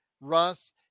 Russ